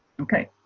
okay,